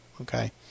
okay